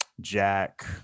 Jack